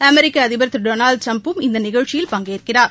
அமெிக்க அதிபர் திரு டொனால்டு ட்டிரம்பும் இந்த நிகழ்ச்சியில் பங்கேற்கிறார்